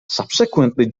subsequently